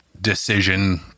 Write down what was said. decision